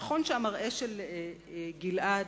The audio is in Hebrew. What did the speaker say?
נכון שהמראה של גלעד,